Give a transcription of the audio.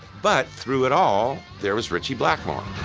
but through it all, there is ritchie blackmore.